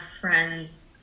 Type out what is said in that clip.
friend's